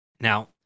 Now